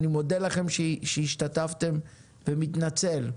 אני מודה לכם שהשתתפתם ואני מתנצל.